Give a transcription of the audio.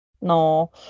No